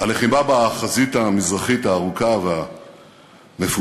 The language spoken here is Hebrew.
הלחימה בחזית המזרחית הארוכה והמפותלת,